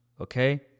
okay